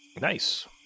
Nice